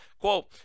Quote